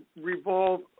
revolve